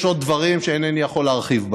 יש עוד דברים שאינני יכול להרחיב בהם.